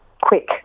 quick